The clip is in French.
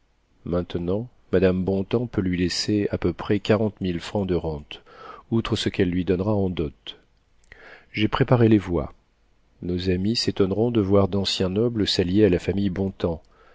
maintenant madame bontems peut lui laisser à peu près quarante mille francs de rentes outre ce qu'elle lui donnera en dot j'ai préparé les voies nos amis s'étonneront de voir d'anciens nobles s'allier à la famille bontems